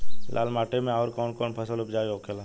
लाल माटी मे आउर कौन कौन फसल उपजाऊ होखे ला?